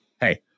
hey